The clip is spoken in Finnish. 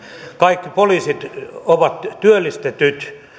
kaikki poliisit ovat työllistetyt